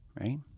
right